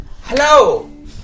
Hello